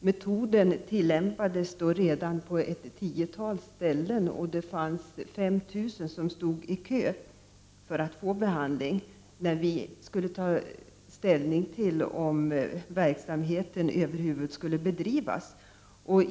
Metoden tillämpades redan på ett tiotal ställen och 5000 stod i kö för behandling, när vi skulle ta ställning till om verksamheten över huvud skulle bedrivas.